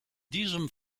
diesem